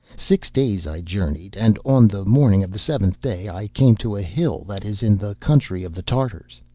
six days i journeyed, and on the morning of the seventh day i came to a hill that is in the country of the tartars.